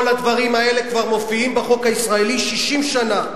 כל הדברים האלה כבר מופיעים בחוק הישראלי 60 שנה.